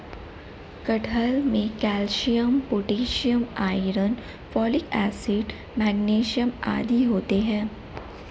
कटहल में calcium potassium iron folic acid magnesium आदि होते हैं